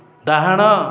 ଡାହାଣ